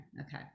Okay